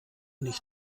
nicht